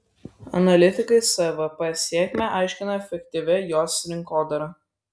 analitikai svp sėkmę aiškina efektyvia jos rinkodara